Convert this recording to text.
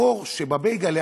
החור שבבייגלה,